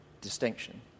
distinction